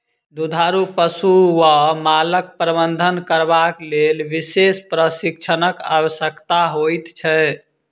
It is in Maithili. दुधारू पशु वा मालक प्रबंधन करबाक लेल विशेष प्रशिक्षणक आवश्यकता होइत छै